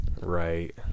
right